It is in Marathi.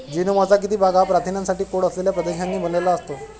जीनोमचा किती भाग हा प्रथिनांसाठी कोड असलेल्या प्रदेशांनी बनलेला असतो?